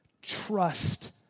trust